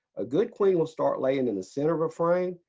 a good queen will start laying in the center of a frame.